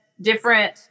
different